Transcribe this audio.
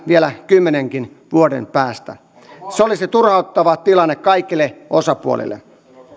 vielä kymmenenkin vuoden päästä se olisi turhauttava tilanne kaikille osapuolille